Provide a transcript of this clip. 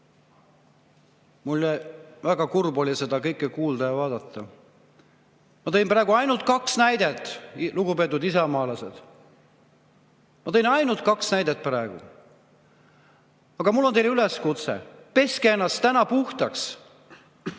Mul oli väga kurb seda kõike kuulda ja vaadata. Ma tõin praegu ainult kaks näidet, lugupeetud isamaalased. Ma tõin ainult kaks näidet praegu! Aga mul on teile üleskutse: peske ennast täna puhtaks!